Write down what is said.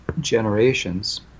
generations